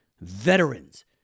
veterans